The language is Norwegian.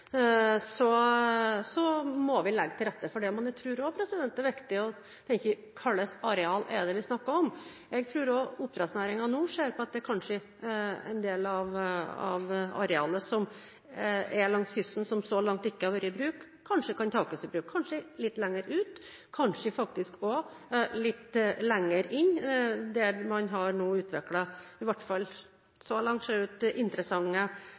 må vi legge til rette for det. Men jeg tror også det er viktig å tenke på hva slags arealer vi snakker om. Jeg tror at også oppdrettsnæringen nå ser på om en del av arealet langs kysten som så langt ikke har vært i bruk, kanskje kan tas i bruk – kanskje litt lenger ut, kanskje også litt lenger inn. Man har nå utviklet det som i hvert fall så langt ser ut som interessante